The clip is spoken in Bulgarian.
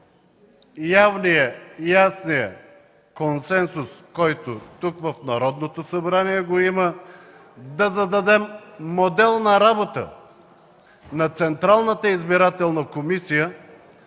явния, ясния консенсус, който има тук, в Народното събрание, да зададем отделна работа на Централната избирателна комисия,